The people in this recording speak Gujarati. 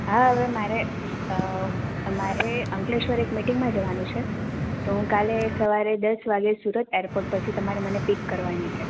હા હવે મારે મારે અંકલેશ્વર એક મિટિંગમાં જવાનું છે તો હું કાલે સવારે દસ વાગ્યે સુરત ઍરપોર્ટ પરથી તમારે મને પિક કરવાની છે